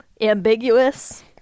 ambiguous